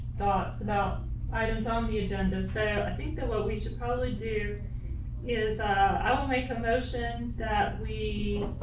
thoughts about items on the agenda. so i think that what we should probably do is i will make a motion that we